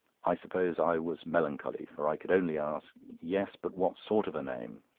i suppose i was melancholy, for i could only ask yes, but what sort of a name?